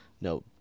No